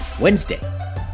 Wednesday